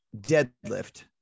deadlift